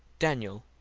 daniel,